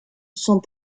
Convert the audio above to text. sont